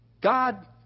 God